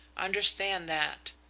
understand that.